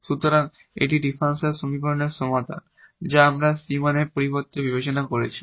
সুতরাং সুতরাং এটি এই ডিফারেনশিয়াল সমীকরণের সমাধান যা আমরা c 1 এর পরিবর্তে বিবেচনা করেছি